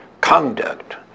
conduct